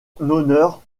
honneur